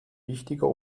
wichtiger